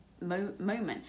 moment